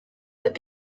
but